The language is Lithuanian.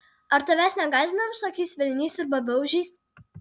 ar tavęs negąsdino visokiais velniais ir babaužiais